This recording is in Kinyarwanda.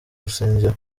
rusengero